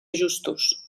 ajustos